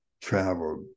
travel